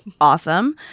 awesome